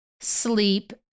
sleep